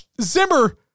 Zimmer